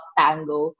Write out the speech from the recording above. tango